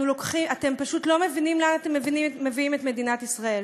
אתם פשוט לא מבינים לאן אתם מביאים את מדינת ישראל.